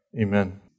Amen